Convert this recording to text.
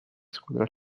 squadra